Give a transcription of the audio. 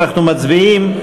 אנחנו מצביעים.